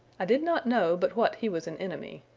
i did not know but what he was an enemy.